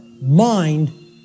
mind